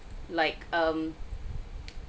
like um